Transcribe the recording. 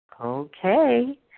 Okay